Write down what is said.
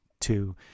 two